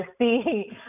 see